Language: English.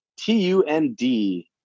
TUND